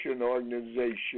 organization